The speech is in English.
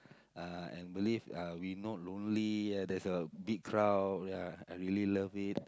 uh and believe uh we not lonely and there's a big crowd ya I really love it